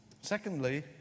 Secondly